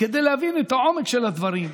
כדי להבין את העומק של הדברים,